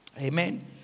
Amen